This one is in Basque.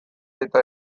eta